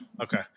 Okay